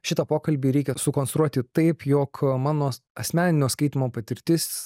šitą pokalbį reikia sukonstruoti taip jog mano asmeninio skaitymo patirtis